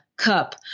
cup